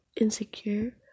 insecure